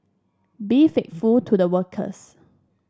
be faithful to the workers